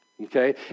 Okay